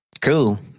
Cool